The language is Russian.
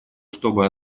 чтобы